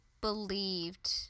believed